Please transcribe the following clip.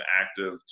active